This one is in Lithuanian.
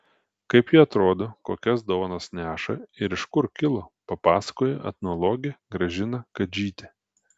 kaip ji atrodo kokias dovanas neša ir iš kur kilo papasakojo etnologė gražina kadžytė